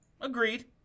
Agreed